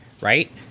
right